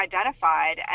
identified